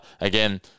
again